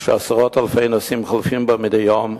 ועשרות אלפי נוסעים חולפים בו מדי יום,